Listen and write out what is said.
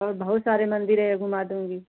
और बहुत सारे मंदिर है घूमा दूँगी